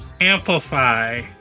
Amplify